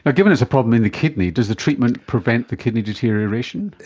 ah given it's a problem in the kidney, does the treatment prevent the kidney deterioration?